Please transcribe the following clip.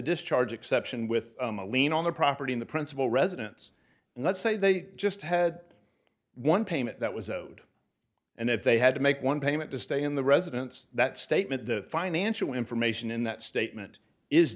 discharge exception with a lien on the property in the principal residence and let's say they just had one payment that was owed and if they had to make one payment to stay in the residence that statement the financial information in that statement is